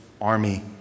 Army